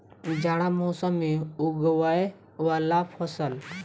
जाड़ा मौसम मे उगवय वला फसल?